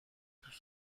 plus